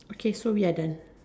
okay so we done